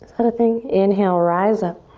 kind of thing. inhale, rise up.